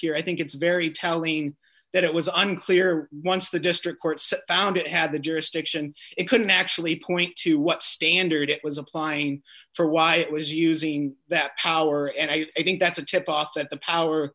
here i think it's very telling that it was unclear once the district courts found it had the jurisdiction it couldn't actually point to what standard it was applying for why it was using that power and i think that's a tip off that the power